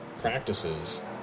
practices